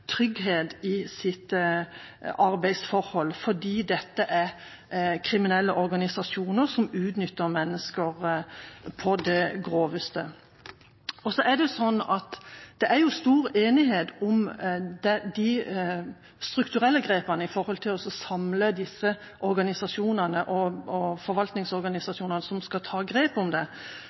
trygghet i sitt arbeidsforhold, fordi dette er kriminelle organisasjoner som utnytter mennesker på det groveste. Det er stor enighet om de strukturelle grepene for å samle forvaltningsorganisasjonene som skal ta grep om dette. Vi hadde forslag om arbeidslivssentre, med bevilgninger, og foreslo flere. Dette kom også under forhandlingene med regjeringspartiene og flertallskonstellasjonen her på Stortinget om